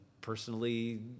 personally